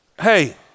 Hey